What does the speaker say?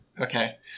Okay